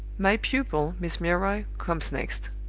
my pupil, miss milroy, comes next.